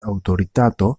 aŭtoritato